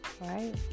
Right